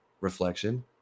Reflection